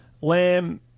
Lamb